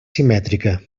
simètrica